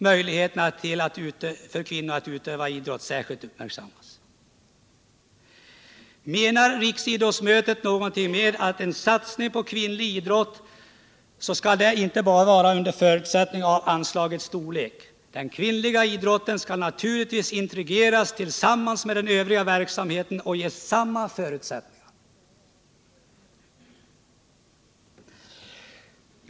Menar riksidrottsmötet någonting med en satsning på kvinnlig idrott, skall detta inte bara vara under förutsättning av anslagets storlek, utan den kvinnliga idrotten skall naturligtvis integreras tillsammans med den övriga verksamheten och ges samma förutsättningar som den har.